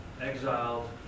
exiled